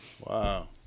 Wow